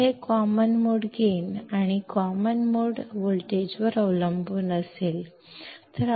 आता हे common mode gain आणि कॉमन मोड व्होल्टेजवर अवलंबून असेल